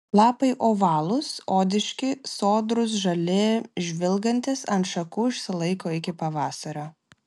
lapai ovalūs odiški sodrūs žali žvilgantys ant šakų išsilaiko iki pavasario